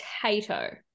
potato